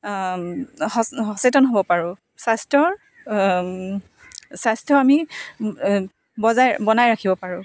সচেতন হ'ব পাৰোঁ স্বাস্থ্যৰ স্বাস্থ্য আমি বজাই বনাই ৰাখিব পাৰোঁ